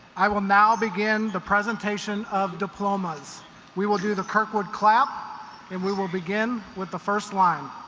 i will now begin the presentation of diplomas we will do the kirkwood clap and we will begin with the first line